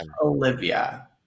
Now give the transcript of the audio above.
Olivia